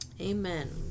Amen